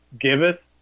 Giveth